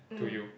to you